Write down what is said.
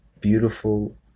beautiful